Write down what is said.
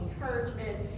encouragement